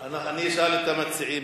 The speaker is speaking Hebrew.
אני אשאל את המציעים,